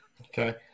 Okay